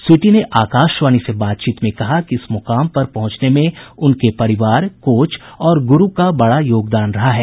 स्वीटी ने आकाशवाणी से बातचीत में कहा कि इस मुकाम पर पहुंचने में उनके परिवार कोच और गुरू का बड़ा योगदान रहा है